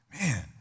Man